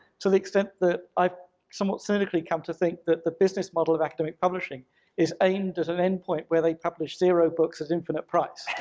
to the extent that i've somewhat cynically come to think that the business model of academic publishing is aimed at an end point where they publish zero books at infinite price.